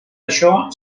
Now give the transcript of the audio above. això